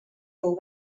fou